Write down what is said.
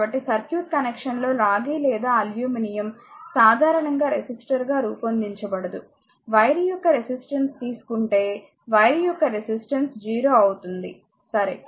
కాబట్టి సర్క్యూట్ కనెక్షన్లో రాగి లేదా అల్యూమినియం సాధారణంగా రెసిస్టర్గా రూపొందించబడదు వైర్ యొక్క రెసిస్టెన్స్ తీసుకుంటే వైర్ యొక్క రెసిస్టెన్స్ 0 అవుతుంది సరే